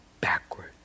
backward